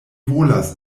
volas